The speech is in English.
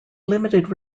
limited